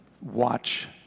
watch